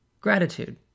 gratitude